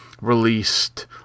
released